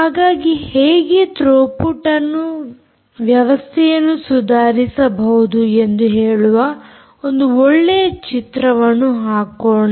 ಹಾಗಾಗಿ ಹೇಗೆ ಥ್ರೋಪುಟ್ ಅನ್ನು ವ್ಯವಸ್ಥೆಯನ್ನು ಸುಧಾರಿಸಬಹುದು ಎಂದು ಹೇಳುವ ಒಂದು ಒಳ್ಳೆಯ ಚಿತ್ರಣವನ್ನು ಹಾಕೋಣ